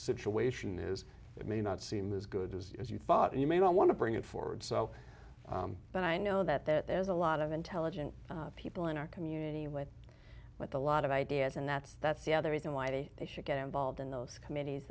situation is it may not seem as good as you thought you may want to bring it forward so but i know that that is a lot of intelligent people in our community with with a lot of ideas and that's that's the other reason why they should get involved in those committees